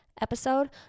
episode